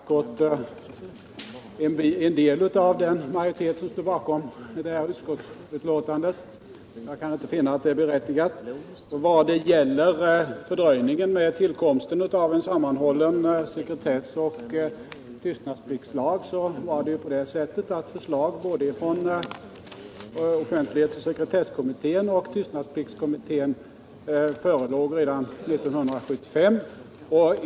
Herr talman! Hilding Johansson förvånar mig med att sparka på en del av den majoritet som står bakom detta utskottsbetänkande. Jag kan inte finna att det är berättigat. När det gäller fördröjningen av tillkomsten av en sammanhållen sekretessoch tystnadspliktslag vill jag framhålla att förslag både från offentlighetsoch sekretesslagskommittén och från tystnadspliktskommittén förelåg redan 1975.